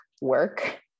work